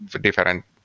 different